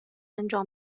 انجام